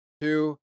two